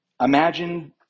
Imagine